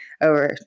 over